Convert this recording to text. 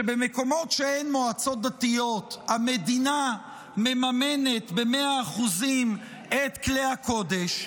שבמקומות שבהן אין מועצות דתיות המדינה מממנת ב-100% את כלי הקודש,